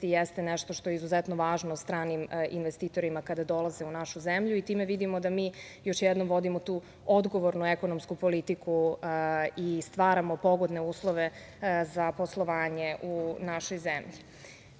jeste nešto što je izuzetno važno stranim investitorima, kada dolaze u našu zemlju. Time vidimo da mi još jednom vodimo tu odgovornu, ekonomsku politiku i stvaramo pogodne uslove za poslovanje u našoj zemlji. Ono